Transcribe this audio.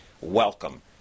Welcome